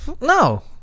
No